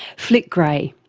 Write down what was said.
flick grey.